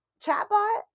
chatbot